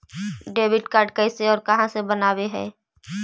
Debit card कैसे और कहां से बनाबे है?